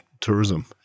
tourism